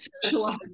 socialize